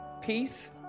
Peace